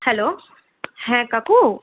hello হ্যাঁ কাকু